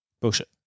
bullshit